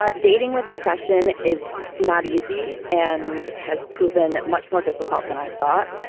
ah dating with depression is not easy and has proven much more difficult than i thought.